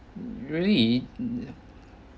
really it